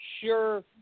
sure